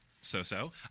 so-so